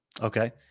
Okay